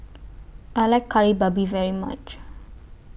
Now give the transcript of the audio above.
I like Kari Babi very much